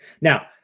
Now